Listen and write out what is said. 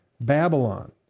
Babylon